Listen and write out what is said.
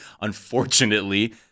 Unfortunately